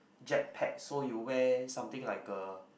jet pack so you wear something like a